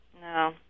No